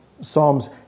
Psalms